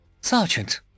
Sergeant